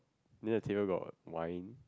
near the table got wine